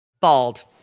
bald